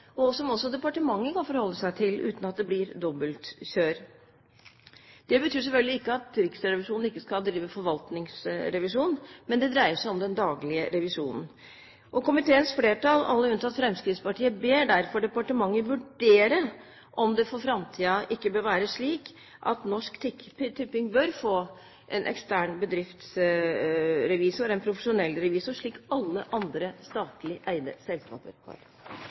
fortløpende, og som også departementet kan forholde seg til, uten at det blir dobbeltkjør. Det betyr selvfølgelig ikke at Riksrevisjonen ikke skal drive forvaltningsrevisjon, men det dreier seg om den daglige revisjonen. Komiteens flertall – alle unntatt Fremskrittspartiet – ber derfor departementet vurdere om det for framtiden ikke bør være slik at Norsk Tipping bør få en ekstern bedriftsrevisor, en profesjonell revisor, slik alle andre statlig eide selskaper har.